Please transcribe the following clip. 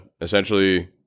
essentially